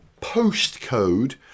postcode